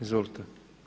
Izvolite.